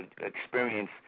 experience